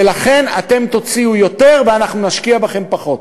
ולכן אתם תוציאו יותר ואנחנו נשקיע בכם פחות.